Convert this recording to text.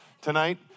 tonight